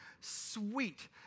Sweet